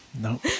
No